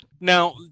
Now